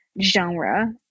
genre